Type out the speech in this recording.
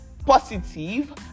positive